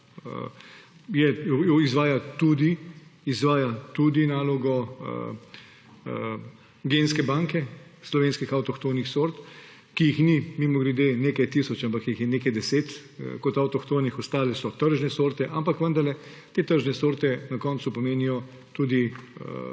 izvaja tudi nalogo genske banke slovenskih avtohtonih sort, ki jih mimogrede ni nekaj tisoč, ampak jih je nekaj deset kot avtohtonih, ostale so tržne sorte. Ampak vendarle te tržne sorte na koncu pomenijo tudi